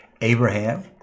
Abraham